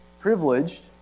privileged